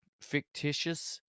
fictitious